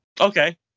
Okay